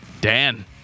Dan